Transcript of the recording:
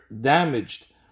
damaged